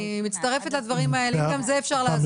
אני מצטרפת לדברים האלה אם גם בזה אפשר לעזור.